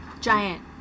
Giant